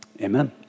Amen